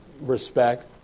respect